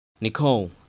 Nicole